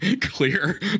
clear